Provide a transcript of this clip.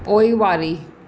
पोइवारी